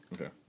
Okay